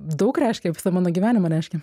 daug reiškia visą mano gyvenimą reiškia